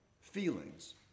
feelings